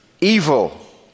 evil